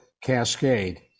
Cascade